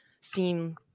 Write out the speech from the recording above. seem